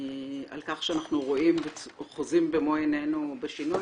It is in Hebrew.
על כך שאנחנו חוזים במו עינינו בשינוי,